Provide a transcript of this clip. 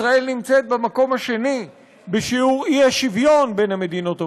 ישראל נמצאת במקום השני בשיעור האי-שוויון בין המדינות המפותחות.